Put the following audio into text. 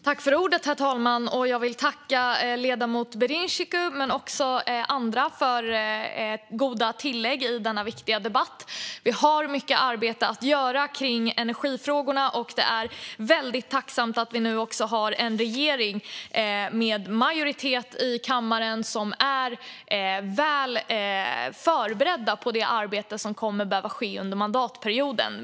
Herr talman! Jag vill tacka ledamoten Birinxhiku men också andra för goda tillägg i denna viktiga debatt. Vi har mycket arbete att göra kring energifrågorna, och jag är väldigt tacksam för att vi nu också har en regering med majoritet i kammaren som är väl förberedd på det arbete som kommer att behöva ske under mandatperioden.